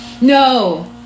no